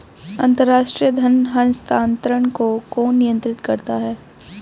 अंतर्राष्ट्रीय धन हस्तांतरण को कौन नियंत्रित करता है?